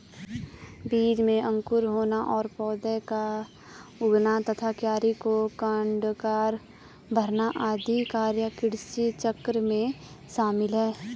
बीज में अंकुर होना और पौधा का उगना तथा क्यारी को कोड़कर भरना आदि कार्य कृषिचक्र में शामिल है